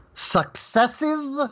Successive